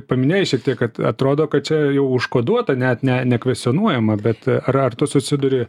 paminėjai šiek tiek kad atrodo kad čia jau užkoduota net ne nekvestionuojama bet ar ar tu susiduri